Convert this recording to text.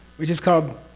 which is called?